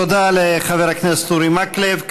תודה לחבר הכנסת אורי מקלב.